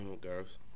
Girls